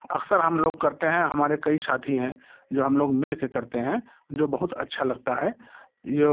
अक्सर हम लोग करते हैं हमारे कई साथी हैं जो हम लोग मिलके करते हैं जो बहुत अच्छा लगता है ये